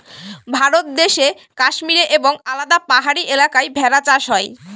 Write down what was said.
ভারত দেশে কাশ্মীরে এবং আলাদা পাহাড়ি এলাকায় ভেড়া চাষ হয়